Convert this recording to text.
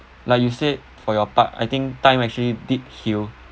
like you said for your part I think time actually did heal